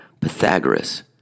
Pythagoras